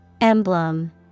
Emblem